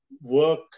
work